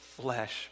flesh